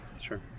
Sure